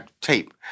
tape